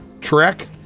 trek